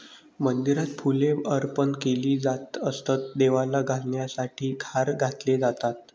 मंदिरात फुले अर्पण केली जात असत, देवाला घालण्यासाठी हार घातले जातात